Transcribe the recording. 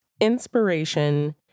inspiration